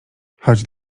chodź